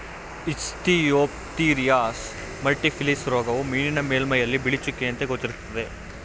Ichthyophthirius multifiliis ರೋಗವು ಮೀನಿನ ಮೇಲ್ಮೈಯಲ್ಲಿ ಬಿಳಿ ಚುಕ್ಕೆಯಂತೆ ಗೋಚರಿಸುತ್ತೆ